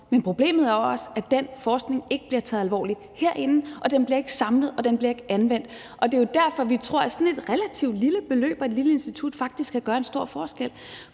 Men problemet er jo også, at den forskning ikke bliver taget alvorligt herinde, og at den ikke bliver samlet, og at den ikke bliver anvendt. Og det er jo derfor, vi tror, at sådan et relativt lille beløb og et lille institut faktisk kan gøre en stor forskel,